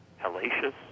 hellacious